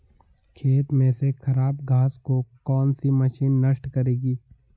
खेत में से खराब घास को कौन सी मशीन नष्ट करेगी?